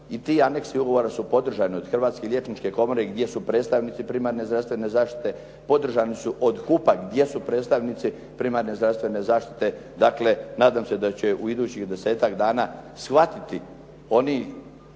I ti anexi ugovora su podržani od Hrvatske liječničke komore gdje su predstavnici primarne zdravstvene zaštite. Podržani su od HUP-a gdje su predstavnici primarne zdravstvene zaštite. Dakle, nadam se da će u idućih desetak dana shvatiti oni